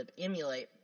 emulate